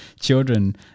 children